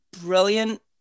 brilliant